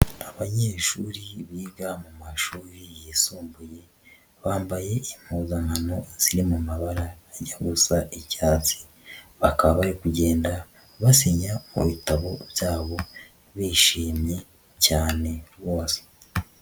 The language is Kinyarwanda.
Abanyeshuri biga mu mashuri yisumbuye, bambaye impuzankano ziri mu mabara ajya gusa icyatsi, bakaba bari kugenda basinya mu bitabo byabo bishimye cyane bose.